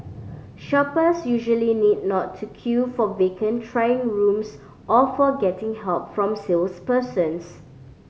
shoppers usually need not to queue for vacant trying rooms or for getting help from salespersons